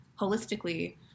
holistically